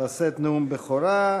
לשאת נאום בכורה.